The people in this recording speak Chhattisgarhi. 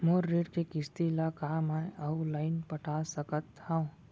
मोर ऋण के किसती ला का मैं अऊ लाइन पटा सकत हव?